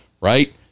right